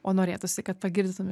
o norėtųsi kad pagirdytum